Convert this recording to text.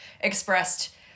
expressed